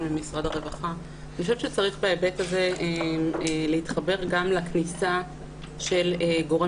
שצריך בהיבט הזה להתחבר גם לכניסה של גורם